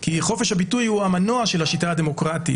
כי חופש הביטוי הוא המנוע של השיטה הדמוקרטית